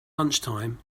lunchtime